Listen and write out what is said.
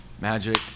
magic